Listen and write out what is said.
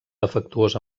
afectuós